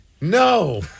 No